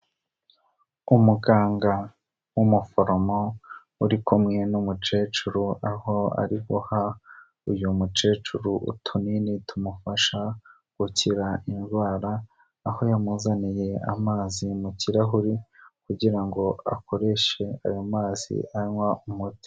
Umuganga w'umuforomo uri kumwe n'umukecuru, aho ari guha uyu mukecuru utunini tumufasha gukira indwara, aho yamuzaniye amazi mu kirahuri kugirango akoreshe ayo mazi anywa umuti.